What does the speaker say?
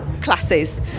classes